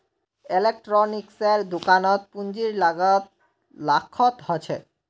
इलेक्ट्रॉनिक्सेर दुकानत पूंजीर लागत लाखत ह छेक